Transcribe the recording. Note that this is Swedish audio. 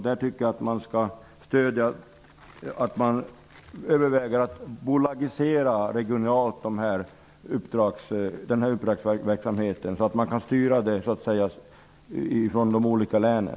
Där tycker jag att man skall överväga att bolagisera denna uppdragsverksamhet regionalt, så att man kan styra det här från de olika länen.